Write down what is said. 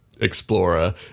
explorer